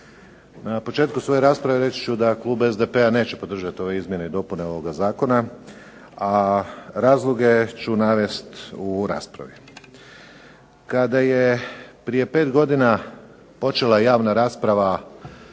Na početku svog izlaganja reći ću da Klub SDP-a neće podržati ove izmjene i dopune ovog Zakona, a razloge ću navesti u raspravi. Kada je prije 5 godina počela javna rasprava